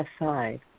aside